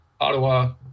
Ottawa